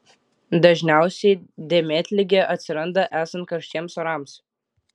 dažniausiai dėmėtligė atsiranda esant karštiems orams